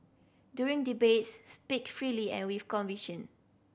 during debates speak freely and with